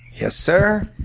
yes sir,